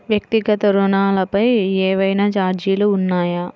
వ్యక్తిగత ఋణాలపై ఏవైనా ఛార్జీలు ఉన్నాయా?